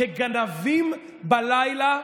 כגנבים בלילה,